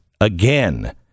again